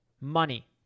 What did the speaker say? money